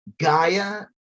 Gaia